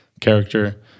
character